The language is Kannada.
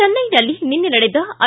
ಚೆನ್ಸೆನಲ್ಲಿ ನಿನ್ನೆ ನಡೆದ ಐ